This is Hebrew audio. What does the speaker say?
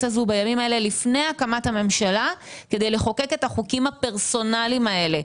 הזו בימים האלה לפני הקמת הממשלה כדי לחוקק את החוקים הפרסונליים האלה,